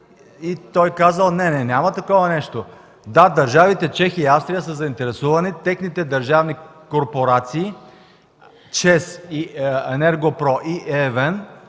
Той казал: „Не, няма такова нещо”. Да, държавите Чехия и Австрия са заинтересовани техните държавни корпорации ЧЕЗ, Енерго-Про и ЕВН